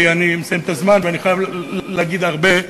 כי אני מסיים את הזמן ואני חייב להגיד הרבה,